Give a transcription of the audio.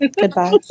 Goodbye